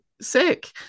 sick